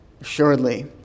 Assuredly